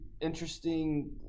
Interesting